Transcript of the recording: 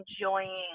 enjoying